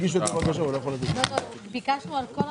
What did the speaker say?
הישיבה ננעלה בשעה 11:00.